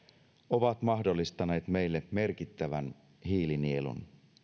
ovat mahdollistaneet meille merkittävän hiilinielun